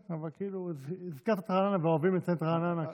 אבל הזכרת את רעננה, ואוהבים את רעננה.